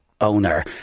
owner